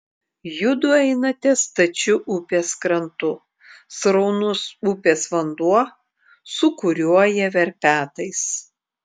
judu einate stačiu upės krantu sraunus upės vanduo sūkuriuoja verpetais